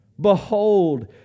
Behold